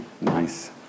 Nice